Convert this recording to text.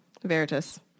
Veritas